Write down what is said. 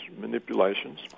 manipulations